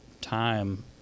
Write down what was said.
time